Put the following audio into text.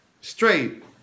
straight